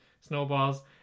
snowballs